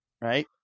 right